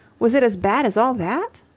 was it as bad as all that?